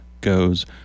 goes